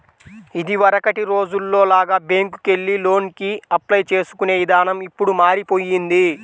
ఇదివరకటి రోజుల్లో లాగా బ్యేంకుకెళ్లి లోనుకి అప్లై చేసుకునే ఇదానం ఇప్పుడు మారిపొయ్యింది